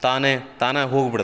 ತಾನೇ ತಾನಾಗಿ ಹೋಗ್ಬಿಡತ್ತೆ